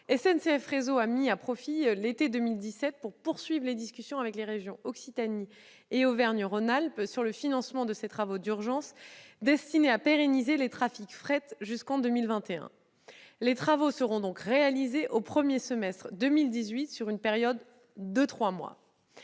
SNCF Réseau a mis à profit l'été 2017 pour poursuivre les discussions avec les régions Occitanie et Auvergne-Rhône-Alpes sur le financement de ces travaux d'urgence destinés à pérenniser les trafics fret jusqu'en 2021. Les travaux seront donc réalisés au premier semestre 2018 sur une période de trois mois.